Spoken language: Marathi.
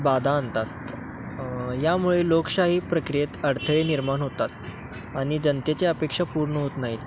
बाधा आणतात यामुळे लोकशाही प्रक्रियेत अडथळे निर्माण होतात आणि जनतेच्या अपेक्षा पूर्ण होत नाही